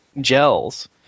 gels